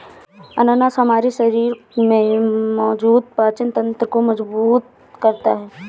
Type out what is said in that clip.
अनानास हमारे शरीर में मौजूद पाचन तंत्र को मजबूत करता है